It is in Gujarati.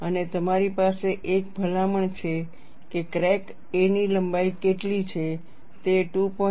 અને તમારી પાસે એક ભલામણ પણ છે કે ક્રેક a ની લંબાઈ કેટલી છે તે 2